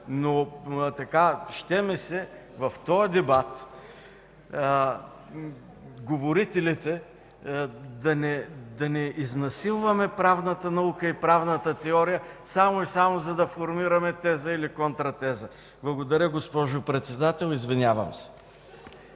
Но ще ми се в този дебат говорителите да не „изнасилваме” правната наука и правната теория само и само за да формираме теза или контратеза. Благодаря, госпожо Председател. Извинявам се.